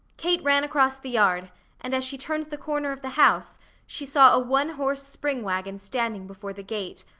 kate ran across the yard and as she turned the corner of the house she saw a one-horse spring wagon standing before the gate,